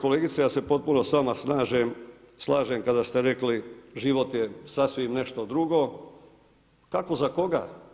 Poštovana kolegice, ja se potpuno s vama slažem kada ste rekli život je sasvim nešto drugo, kako za koga.